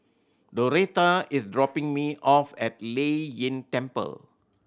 Doretha is dropping me off at Lei Yin Temple